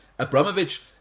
Abramovich